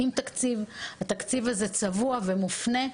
הוא עם תקציב שהוא תקציב צבוע ומופנה.